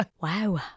Wow